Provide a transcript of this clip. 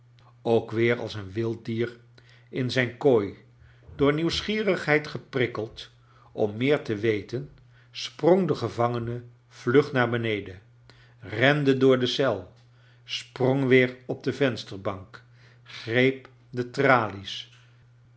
ook weer als een wild dier in zijn kooi door nieuwsgierigheid geprtkkeld om meer te weten sprong de gevangene vlug naar beneden rende door de eel sprong weer op de vensterbank greep de tralies